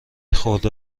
خورده